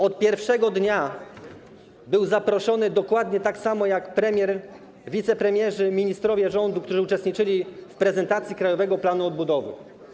Od pierwszego dnia był zaproszony, dokładnie tak samo jak premier, wicepremierzy, ministrowie rządu, którzy uczestniczyli w prezentacji Krajowego Planu Odbudowy.